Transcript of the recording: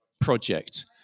project